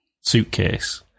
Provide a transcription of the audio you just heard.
suitcase